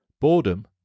Boredom